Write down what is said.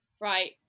right